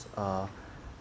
err